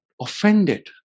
offended